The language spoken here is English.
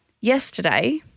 Yesterday